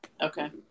Okay